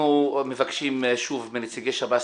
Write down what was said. אנחנו מבקשים שוב מנציגי שב"ס,